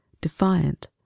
defiant